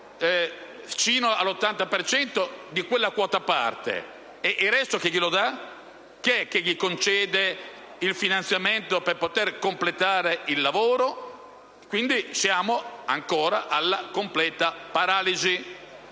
fino all'80 per cento di quella quota parte. E il resto chi glielo dà? Chi è che concede loro il finanziamento per poter completare il lavoro? Siamo ancora alla completa paralisi,